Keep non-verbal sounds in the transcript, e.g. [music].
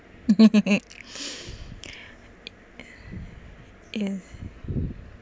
[laughs] [breath] yes